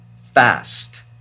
fast